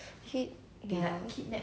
yes they brainwash peeta